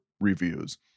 reviews